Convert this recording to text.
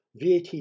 VAT